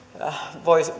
voisi